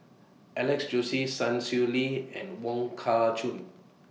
Alex Josey Sun Xueling and Wong Kah Chun